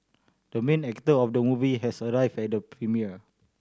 the main actor of the movie has arrived at the premiere